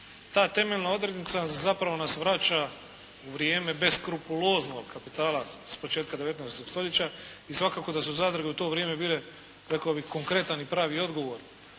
Ta temeljna odrednica zapravo nas vraća u vrijeme beskrupuloznog kapitala s početka 19. stoljeća i svakako da su zadruge u to vrijeme bile, rekao bih konkretan i pravi odgovor